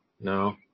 No